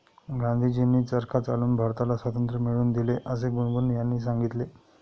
गांधीजींनी चरखा चालवून भारताला स्वातंत्र्य मिळवून दिले असे गुनगुन यांनी सांगितले